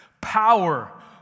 power